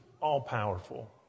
all-powerful